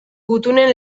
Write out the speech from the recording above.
gutunen